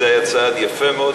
זה היה צעד יפה מאוד,